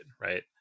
right